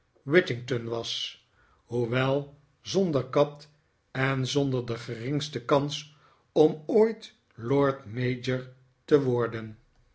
wittington was hoewel zonder kat en zonder de geringste kans om doit lord mayor te worden